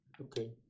Okay